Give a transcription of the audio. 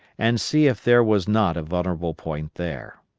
and see if there was not a vulnerable point there.